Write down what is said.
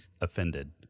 offended